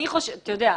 אתה יודע,